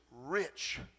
rich